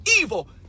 evil